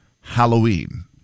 Halloween